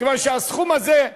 כיוון שהסכום הזה,